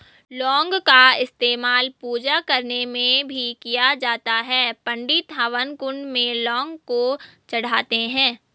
लौंग का इस्तेमाल पूजा करने में भी किया जाता है पंडित हवन कुंड में लौंग को चढ़ाते हैं